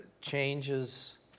changes